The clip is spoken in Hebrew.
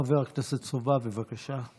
חבר הכנסת סובה, בבקשה.